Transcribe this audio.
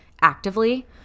actively